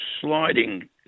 sliding